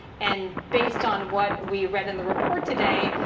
and based on what we read in the report today,